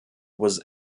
was